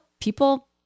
people